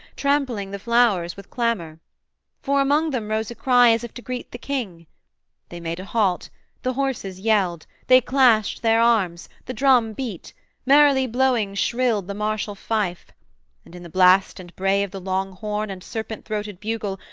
trampling the flowers with clamour for among them rose a cry as if to greet the king they made a halt the horses yelled they clashed their arms the drum beat merrily-blowing shrilled the martial fife and in the blast and bray of the long horn and serpent-throated bugle,